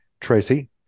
Tracy